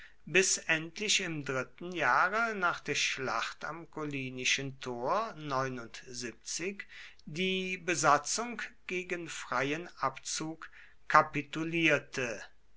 bis endlich im dritten jahre nach der schlacht am collinischen tor die besatzung gegen freien abzug kapitulierte